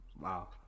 Wow